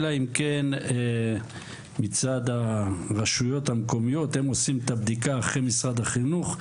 אלא אם כן הרשויות המקומיות עושים את הבדיקה אחרי משרד החינוך.